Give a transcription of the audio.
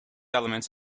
elements